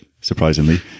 surprisingly